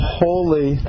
holy